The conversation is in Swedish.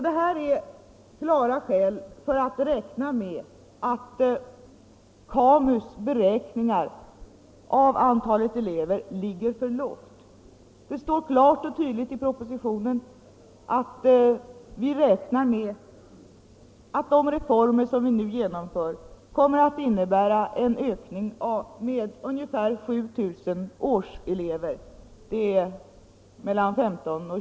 Detta är klara skäl för att räkna med att KAMU:s beräkningar av 21 antalet elever ligger för lågt. Det står klart och tydligt i propositionen att vi räknar med att de reformer som vi nu genomför kommer att innebära en ökning med ungefär 7000 årselever.